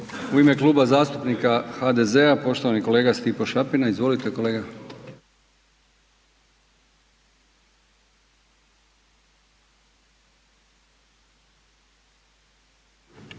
U ime Kluba zastupnika HNS-a, poštovani kolega Milorad Batinić, izvolite kolega.